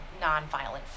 nonviolent